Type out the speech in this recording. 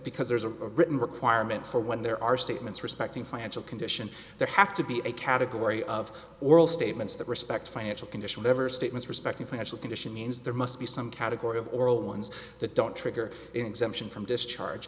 because there's a written requirement for when there are statements respecting financial condition there have to be a category of oral statements that respect financial condition never statements respecting financial condition means there must be some category of oral ones that don't trigger in exemption from discharge